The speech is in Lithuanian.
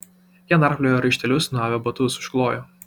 jie narpliojo raištelius nuavę batus užklojo